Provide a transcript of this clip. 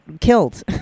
killed